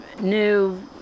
new